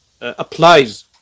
applies